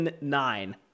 nine